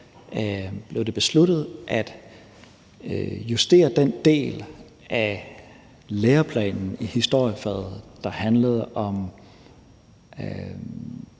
blev det besluttet at justere den del af læreplanen i historiefaget, der handlede om,